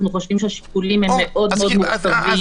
אנחנו חושבים שהשיקולים הם מאוד מאוד מורכבים,